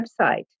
website